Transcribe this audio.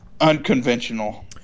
unconventional